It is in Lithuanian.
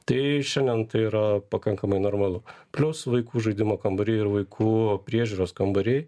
tai šiandien yra pakankamai normalu plius vaikų žaidimų kambariai ir vaikų priežiūros kambariai